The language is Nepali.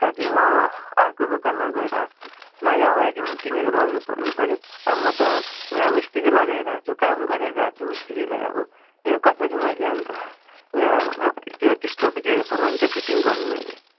ता कि म आर्को दोकानमा गएर नयाँ वाइरिङ किनेर लाउनु सक्नु पर्यो अब म त यहाँ मिस्त्री लगाइरहेको छु काम गराइरहेको छु मिस्त्रीलाई अब यहाँ कसरी मैले अन्त यहाँ त्यो त्यस्तो बिग्रिएको सामान चाहिँ फिटिङ गर्नु मैले